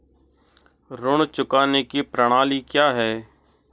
ऋण चुकाने की प्रणाली क्या है?